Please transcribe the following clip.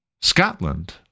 Scotland